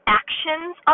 actions